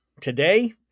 today